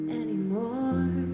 anymore